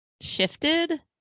shifted